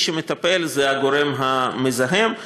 מי שמטפל זה הגורם המזהם.